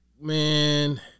man